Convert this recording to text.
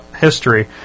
history